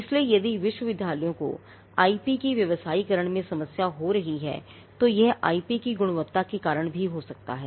इसलिए यदि विश्वविद्यालयों को आईपी के व्यवसायीकरण में समस्या हो रही है तो यह आईपी की गुणवत्ता के कारण भी हो सकता है